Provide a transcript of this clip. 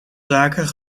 zaken